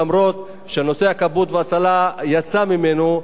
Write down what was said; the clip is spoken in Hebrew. אף שנושא הכבאות וההצלה יצא ממנו,